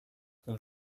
where